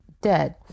dead